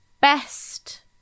best